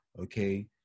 okay